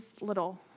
little